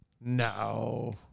No